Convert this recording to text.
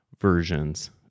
versions